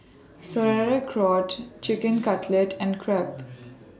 Sauerkraut Chicken Cutlet and Crepe